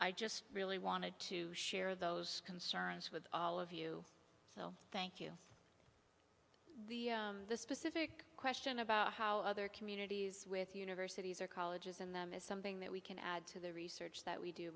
i just really wanted to share those concerns with all of you so thank you the specific question about how other communities with universities or colleges in them is something that we can add to the research that we do